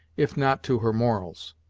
if not to her morals.